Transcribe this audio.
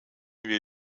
wir